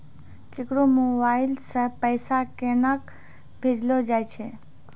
केकरो मोबाइल सऽ पैसा केनक भेजलो जाय छै?